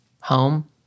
home